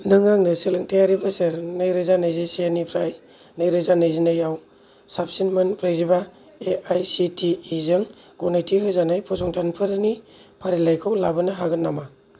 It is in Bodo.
नों आंनो सोलोंथायारि बोसोर नैरोजा नैजिसेनिफ्राय नैरोजा नैजिनैआव साबसिन मोन ब्रैजिबा A I C T E जों गनायथि होजानाय फसंथानफोरनि फारिलाइखौ लाबोनो हागोन नामा